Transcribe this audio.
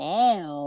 now